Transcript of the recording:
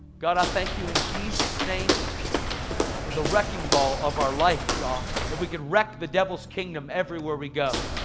god i thank you in jesus name for the wrecking ball of our life, god. that we can wreck the devil's kingdom everywhere we go.